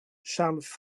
charles